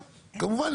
כמובן,